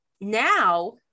now